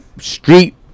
street